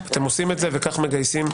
וכך מגייסים,